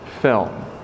film